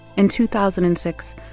in two thousand and six,